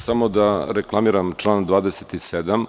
Samo da reklamiram član 27.